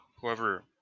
Whoever